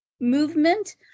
movement